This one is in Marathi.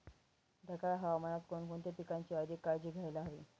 ढगाळ हवामानात कोणकोणत्या पिकांची अधिक काळजी घ्यायला हवी?